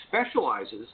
specializes